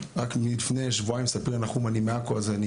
אני מעכו אז אני